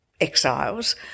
exiles